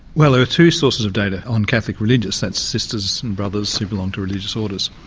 well there were two sources of data on catholic religious that's sisters and brothers who belong to religious orders.